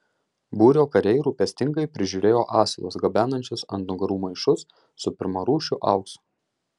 būrio kariai rūpestingai prižiūrėjo asilus gabenančius ant nugarų maišus su pirmarūšiu auksu